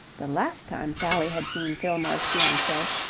the last time sally had seen fillmore's fiancee,